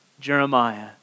Jeremiah